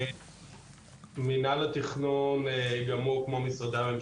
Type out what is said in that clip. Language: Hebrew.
אנחנו מציעים הרחבה של המתקנים הפוטו-וולטאים הפטורים מהיתר,